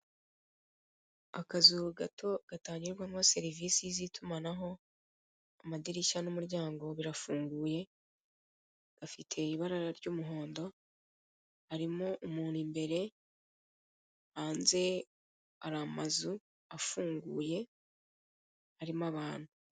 Akazu8 gato gatangirwamo serivise z'itumanaho, amadirishya n'umuryango birafuguye, gafite ibara ry'umuhondo, harimo umuntu imbere hanze hari amazu afunguye arimo abantu.